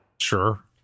sure